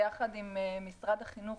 ביחד עם משרד החינוך,